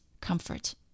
comfort